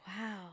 wow